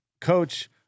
coach